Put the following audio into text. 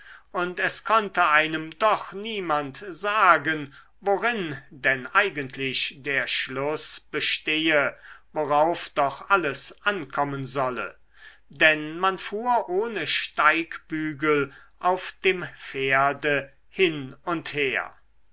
und es konnte einem doch niemand sagen worin denn eigentlich der schluß bestehe worauf doch alles ankommen solle denn man fuhr ohne steigbügel auf dem pferde hin und her